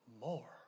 more